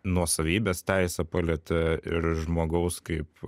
nuosavybės teisę palietė ir žmogaus kaip